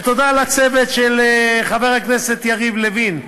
ותודה לצוות של חבר הכנסת יריב לוין,